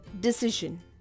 decision